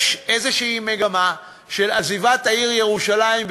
יש איזושהי מגמה של עזיבת העיר ירושלים,